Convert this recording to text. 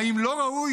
האם לא ראוי,